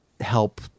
help